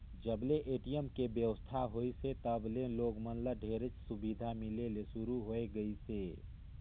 जब ले ए.टी.एम के बेवस्था होइसे तब ले लोग मन ल ढेरेच सुबिधा मिले ले सुरू होए गइसे